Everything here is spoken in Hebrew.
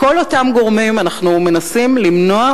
מכל אותם גורמים אנחנו מנסים למנוע,